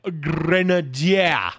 Grenadier